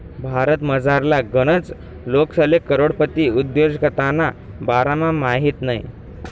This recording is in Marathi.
भारतमझारला गनच लोकेसले करोडपती उद्योजकताना बारामा माहित नयी